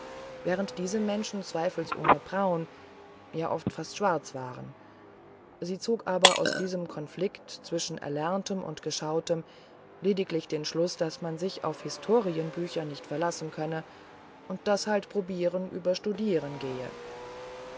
während diese menschen zweifelsohne braun ja oft fast schwarz waren sie zog aber aus diesem konflikt zwischen erlerntem und geschautem lediglich den schluß daß man sich auf historienbücher nicht verlassen könne und daß halt probieren über studieren gehe